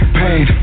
pain